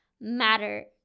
matter